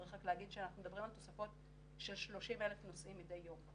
צריך להגיד שאנחנו מדברים על תוספות של 30,000 נוסעים מדי יום.